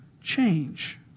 change